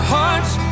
Hearts